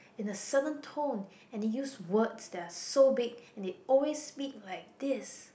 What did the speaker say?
in a certain tone and they use words that are so big and they always speak like this